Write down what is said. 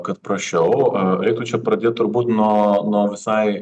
kad prašiau galėtų čia pradėt turbūt nuo nuo visai